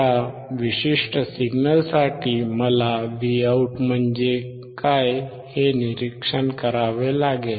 या विशिष्ट सिग्नलसाठी मला Vout म्हणजे काय हे निरीक्षण करावे लागेल